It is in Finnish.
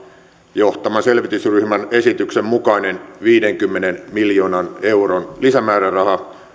johtaman selvitysryhmän esityksen mukainen viidenkymmenen miljoonan euron lisämääräraha